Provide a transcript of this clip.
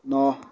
ন